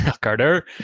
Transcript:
carter